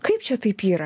kaip čia taip yra